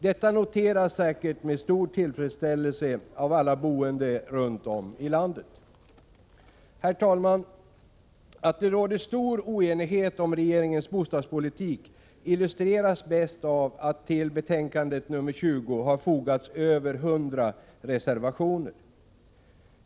Detta noteras säkerligen med stor tillfredsställelse av alla boende runt om i landet. Herr talman! Att det råder stor oenighet om regeringens bostadspolitik illustreras bäst av att till betänkandet nr 20 har fogats över 100 reservationer.